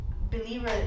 believer